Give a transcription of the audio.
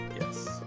Yes